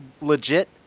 legit